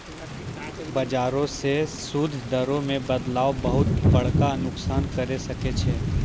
बजारो मे सूद दरो मे बदलाव बहुते बड़का नुकसान करै सकै छै